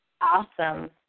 Awesome